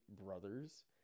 brothers